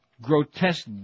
grotesque